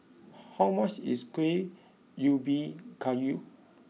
how much is Kueh Ubi Kayu